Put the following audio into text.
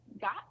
got